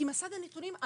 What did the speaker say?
כי מס"ד הנתונים,